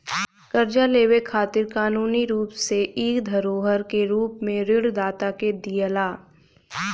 कर्जा लेवे खातिर कानूनी रूप से इ धरोहर के रूप में ऋण दाता के दियाला